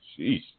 Jeez